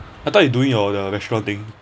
I thought you doing your the restaurant thing